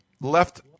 left